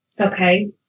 okay